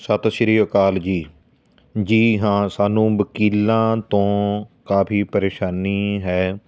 ਸਤਿ ਸ਼੍ਰੀ ਅਕਾਲ ਜੀ ਜੀ ਹਾਂ ਸਾਨੂੰ ਵਕੀਲਾਂ ਤੋਂ ਕਾਫੀ ਪਰੇਸ਼ਾਨੀ ਹੈ